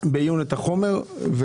הסיגריה האלקטרונית,